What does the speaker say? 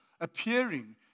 appearing